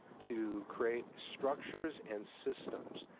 to create structures and systems,